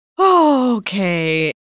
Okay